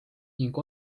ning